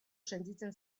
sentitzen